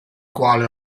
quale